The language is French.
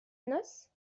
noce